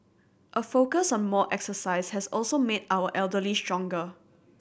a focus on more exercise has also made our elderly stronger